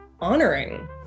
honoring